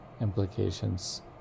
implications